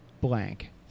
blank